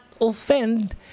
offend